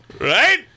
Right